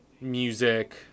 music